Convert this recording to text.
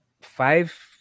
five